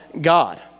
God